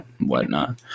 whatnot